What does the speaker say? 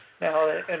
now